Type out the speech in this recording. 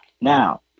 Now